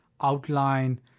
outline